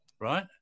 Right